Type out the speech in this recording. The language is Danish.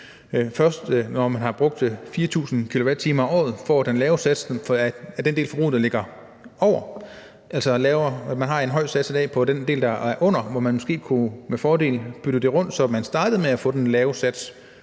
først, når man har brugt 4.000 kWh om året, får den lave sats på den del af forbruget, der ligger over 4.000 kWh om året. Man har altså en høj sats i dag på den del, der ligger under, hvor man måske med fordel kunne bytte det rundt, så man startede med at få den lave sats